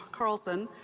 carlson,